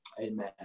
amen